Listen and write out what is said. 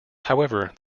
however